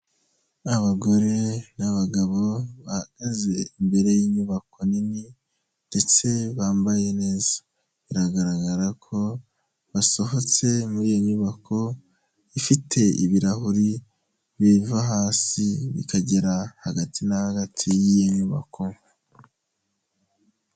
Abagore n'abagabo bahagaze imbere y'inyubako nini ndetse bambaye neza. Biragaragara ko basohotse muri iyo nyubako, ifite ibirahuri biva hasi bikagera hagati na hagati y'iyi nyubako.